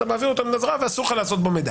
אתה מעביר את המידע ואסור לך לעשות בו שימוש.